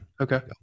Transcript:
Okay